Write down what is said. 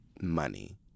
money